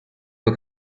poi